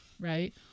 right